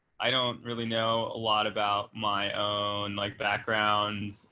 i don't really know a lot about my own like backgrounds